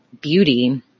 beauty